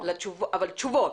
אבל תשובות.